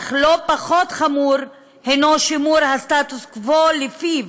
אך לא פחות חמור הנו שימור הסטטוס קוו שלפיו